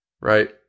Right